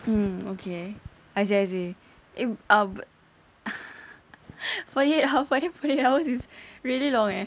mm okay I see I see eh uh but forty eight hours forty eight hours is really long eh